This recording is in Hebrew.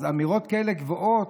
אז אמירות כאלה גבוהות,